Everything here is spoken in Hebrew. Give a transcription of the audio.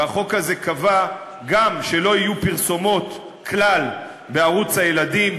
והחוק הזה קבע גם שלא יהיו כלל פרסומות בערוץ הילדים,